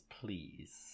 please